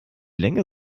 länge